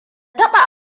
taɓa